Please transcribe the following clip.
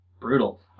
Brutal